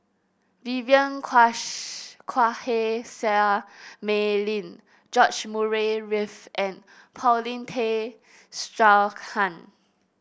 Vivien Quahe Seah Mei Lin George Murray Reith and Paulin Tay Straughan